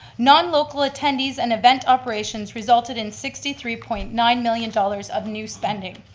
non-local attendees and event operations resulted in sixty three point nine million dollars of new spending.